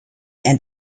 and